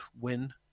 win